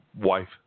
Wife